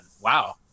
Wow